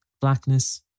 blackness